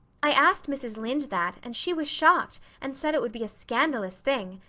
i asked mrs. lynde that and she was shocked and said it would be a scandalous thing.